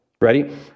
Ready